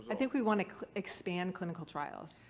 i think we want to expand clinical trials,